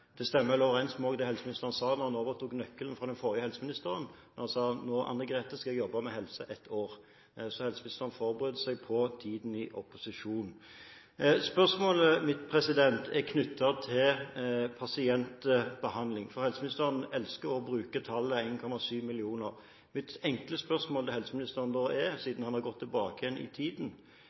det stemmer overens med det helseministeren sa da han overtok nøkkelen fra den forrige helseministeren. Han sa: Nå, Anne-Grete, skal jeg jobbe med helse i ett år. Så helseministeren forbereder seg på tiden i opposisjon. Spørsmålet mitt er knyttet til pasientbehandling. For helseministeren elsker å bruke tallet 1,7 millioner. Mitt enkle spørsmål til helseministeren, siden han har gått tilbake i